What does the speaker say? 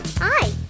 Hi